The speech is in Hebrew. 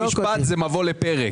משפט שלך הוא מבוא לפרק.